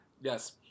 yes